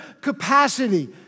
capacity